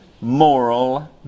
moral